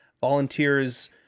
Volunteers